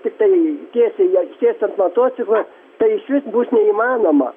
tiktai tiesiai atsisėt ant mototiklą taip iš vis bus neįmanoma